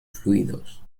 fluidos